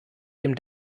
dem